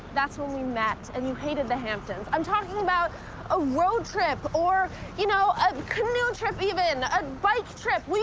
that's where we met, and you hated the hamptons. i'm talking about a road trip, or you know a canoe trip, even. a bike trip.